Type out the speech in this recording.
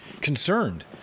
concerned